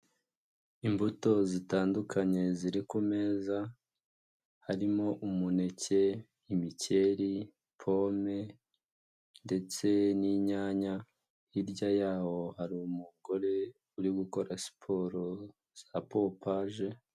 Imbuto zitandukanye ziri ku meza harimo umuneke, imikeri, pome ndetse n'inyanya. Hirya yaho hari umugore uri gukora siporo za pompaje.